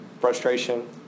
Frustration